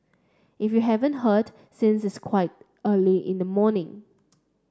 if you haven't heard since it's quite early in the morning